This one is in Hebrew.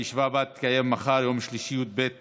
הישיבה הבאה תתקיים מחר, יום שלישי י"ב